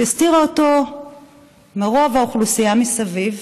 שהיא הסתירה אותו מרוב האוכלוסייה מסביב.